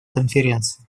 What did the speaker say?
конференции